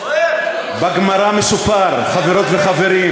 זוהיר, בגמרא מסופר, חברות וחברים,